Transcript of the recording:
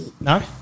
No